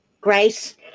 grace